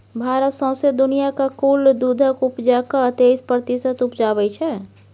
भारत सौंसे दुनियाँक कुल दुधक उपजाक तेइस प्रतिशत उपजाबै छै